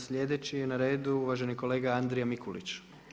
Sljedeći je na redu uvaženi kolega Andrija Mikulić.